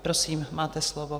Prosím, máte slovo.